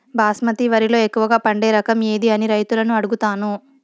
బాస్మతి వరిలో ఎక్కువగా పండే రకం ఏది అని రైతులను అడుగుతాను?